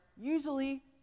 usually